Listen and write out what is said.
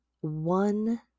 one